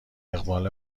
اقبال